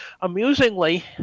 Amusingly